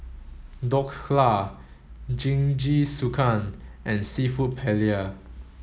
Dhokla Jingisukan and Seafood Paella